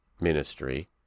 ministry